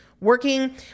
working